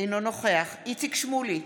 אינו נוכח איציק שמולי,